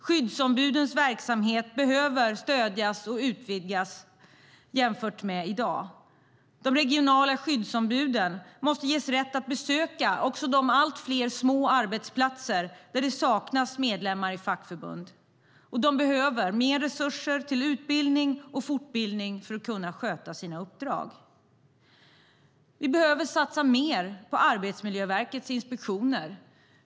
Skyddsombudens verksamhet behöver stödjas och utvidgas jämfört med i dag. De regionala skyddsombuden måste ges rätt att besöka också de allt fler små arbetsplatser där det saknas medlemmar i fackförbund. De behöver mer resurser till utbildning och fortbildning för att kunna sköta sina uppdrag. Vi behöver satsa mer på Arbetsmiljöverkets inspektioner.